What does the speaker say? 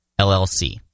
LLC